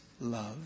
love